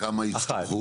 כמה יצטרכו מתוכן?